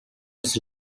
was